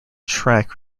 track